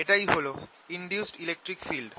এটাই হল induced electric field